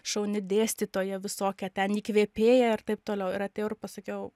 šauni dėstytoja visokia ten įkvėpėja ir taip toliau ir atėjau ir pasakiau